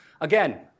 Again